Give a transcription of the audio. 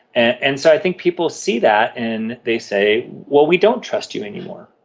and and so i think people see that and they say, well, we don't trust you any more.